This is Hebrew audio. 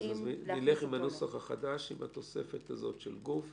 אז נלך עם הנוסח החדש עם התוספת הזאת של גוף,